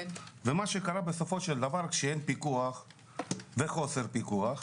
מה שקרה כשאין פיקוח או כשיש חוסר פיקוח,